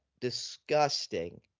disgusting